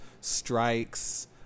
strikes